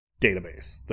database